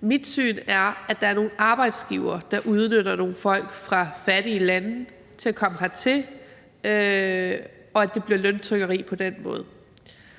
Mit syn på det er, at der er nogle arbejdsgivere, der udnytter nogle folk fra fattige lande til at komme hertil, og at det bliver løntrykkeri på den måde.